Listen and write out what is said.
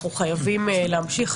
אנחנו חייבים להמשיך.